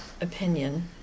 opinion